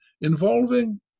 involving